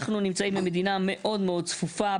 אנחנו נמצאים במדינה מאוד מאוד צפופה.